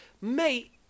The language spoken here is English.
mate